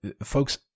Folks